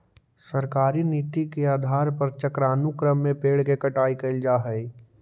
सरकारी नीति के आधार पर चक्रानुक्रम में पेड़ के कटाई कैल जा हई